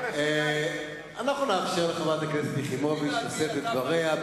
אנחנו נאפשר לחברת הכנסת יחימוביץ לשאת את דבריה.